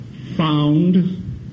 found